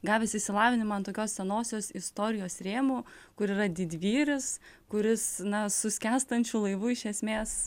gavęs išsilavinimą ant tokios senosios istorijos rėmų kur yra didvyris kuris na su skęstančiu laivu iš esmės